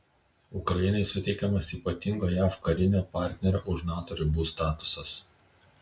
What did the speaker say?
ukrainai suteikiamas ypatingo jav karinio partnerio už nato ribų statusas